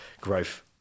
growth